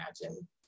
imagine